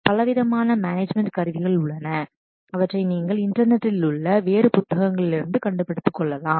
பலவிதமான configuration management கருவிகள் உள்ளன அவற்றை நீங்கள் இன்டர்நெட்டில் உள்ள வேறு புத்தகங்களில் இருந்து கண்டுபிடித்துக் கொள்ளலாம்